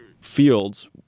fields